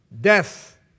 death